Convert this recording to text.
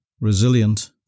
resilient